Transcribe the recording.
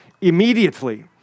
immediately